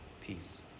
peace